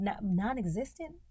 non-existent